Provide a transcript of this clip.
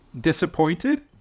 disappointed